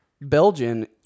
Belgian